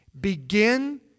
Begin